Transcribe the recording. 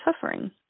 suffering